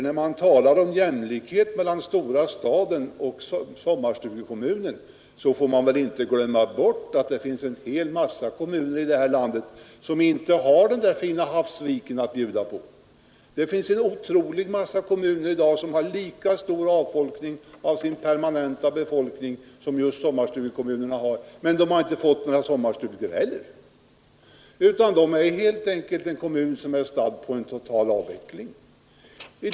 När vi talar om jämlikhet mellan den stora staden och sommarstugekommunen får vi nämligen inte glömma bort att det finns en hel mängd kommuner i det här landet som inte har den där fina havsviken att bjuda på. Det finns en otrolig mängd kommuner i dag som har lika stor minskning av den permanenta befolkningen som just sommarstugekommunerna men som inte har fått några sommarstugor i stället utan som helt enkelt är stadda i total avveckling.